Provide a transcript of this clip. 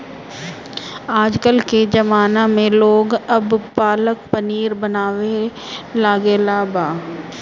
आजकल के ज़माना में लोग अब पालक पनीर बनावे लागल बा